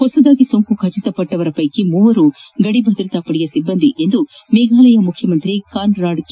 ಹೊಸದಾಗಿ ಸೋಂಕು ಖಚಿತಪಟ್ಟಿರುವವರಲ್ಲಿ ಮೂವರು ಗದಿ ಭದ್ರತಾಪಡೆಯ ಸಿಬ್ಬಂದಿ ಎಂದು ಮೇಘಾಲಯ ಮುಖ್ಯಮಂತ್ರಿ ಕಾನ್ರಾಡ್ ಕೆ